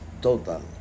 total